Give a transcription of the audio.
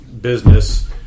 business